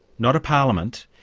not a parliament,